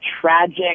tragic